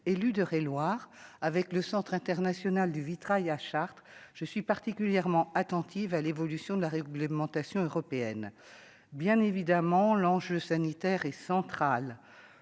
élu d'Eure-et-Loir avec le centre international du vitrail à Chartres, je suis particulièrement attentive à l'évolution de la réglementation européenne, bien évidemment, l'enjeu sanitaire et centrale,